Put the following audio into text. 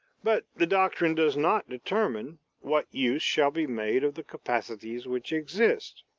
but the doctrine does not determine what use shall be made of the capacities which exist.